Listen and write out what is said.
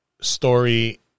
story